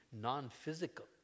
non-physical